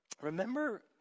remember